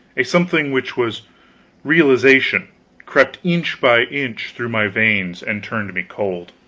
a something which was realization crept inch by inch through my veins and turned me cold.